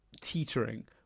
teetering